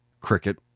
Cricket